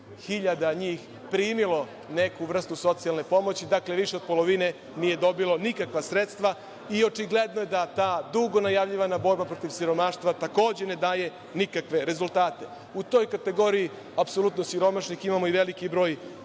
268.000 njih primilo neku vrstu socijalne pomoći. Dakle, više od polovine nije dobilo nikakva sredstva i očigledno je da ta dugo najavljivana borba protiv siromaštva, takođe, ne daje nikakve rezultate. U toj kategoriji, apsolutno siromašnih, imamo i veliki broj